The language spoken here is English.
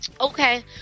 okay